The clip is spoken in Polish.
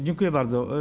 Dziękuję bardzo.